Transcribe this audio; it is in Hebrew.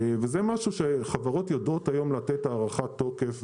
וזה משהו שחברות יודעות היום לתת הארכת תוקף,